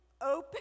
open